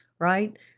Right